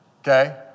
okay